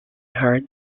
heard